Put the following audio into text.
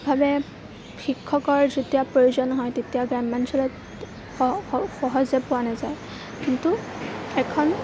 ভাৱে শিক্ষকৰ যেতিয়া প্ৰয়োজন হয় তেতিয়া গ্ৰাম্য অঞ্চলত সহজে পোৱা নাযায় কিন্তু এখন